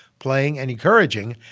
playing and encouraging.